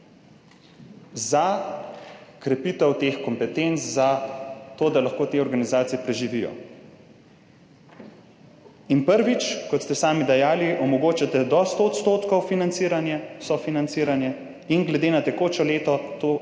za krepitev teh kompetenc za to, da lahko te organizacije preživijo. In prvič, kot ste sami dejali, omogočate do 100 % sofinanciranja in glede na tekoče leto to krat